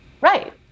Right